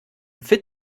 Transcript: fit